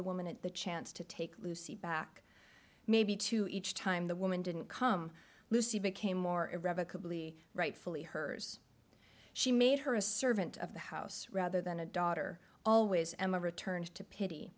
the woman at the chance to take lucy back maybe two each time the woman didn't come lucy became more irrevocably rightfully hers she made her a servant of the house rather than a daughter always emma returned to pity